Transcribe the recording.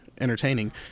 entertaining